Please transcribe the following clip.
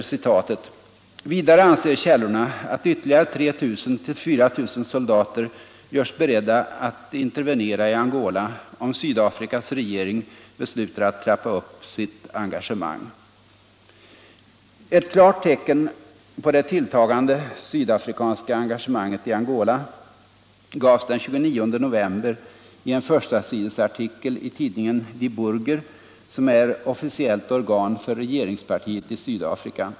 Vidare anser källorna att ytterligare 3 000 till 4 000 soldater görs beredda att intervenera i Angola, om Sydafrikas regering beslutar att trappa upp sitt engagemang.” Ett klart tecken på det tilltagande sydafrikanska engagemanget i Angola gavs den 29 november i en förstasidesartikel i tidningen Die Burger, som är officiellt organ för regeringspartiet i Sydafrika.